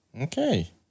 Okay